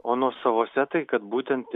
o nuosavuose tai kad būtent